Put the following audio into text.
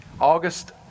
August